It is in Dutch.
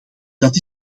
dat